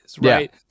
right